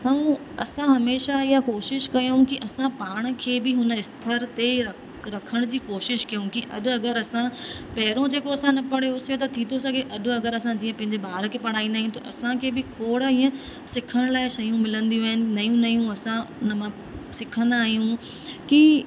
ऐं असां हमेशह ईअं कोशिश कयूं कि असां पाण खे बि हुन स्तर ते रख रखण जी कोशिश कयूं कि अॼु अगरि असां पहिरों जेको असां न पढ़योसि त थी थो सघे अॼु अगरि असां जीअं पंहिंजे ॿार खे पढ़ाईंदा आहियूं त असांखे बि खोड़ ईअं सिखण लाइ शयूं मिलंदियूं आहिनि नयूं नयूं असां उन मां सिखंदा आहियूं कि